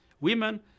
Women